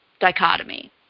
dichotomy